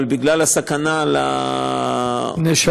אבל בגלל הסכנה, לנשרים.